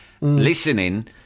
listening